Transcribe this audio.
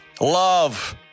Love